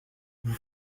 vous